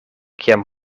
kiam